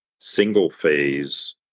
single-phase